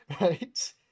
right